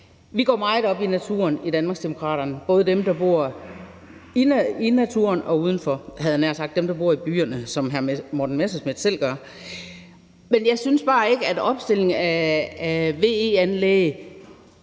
Vi går meget op i naturen i Danmarksdemokraterne, både dem, der bor i naturen, og dem, der, havde jeg nær sagt, bor uden for den, altså dem, der bor i byerne, som hr. Morten Messerschmidt selv gør. Men jeg synes bare ikke, at opstilling af VE-anlæg